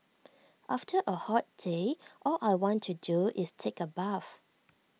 after A hot day all I want to do is take A bath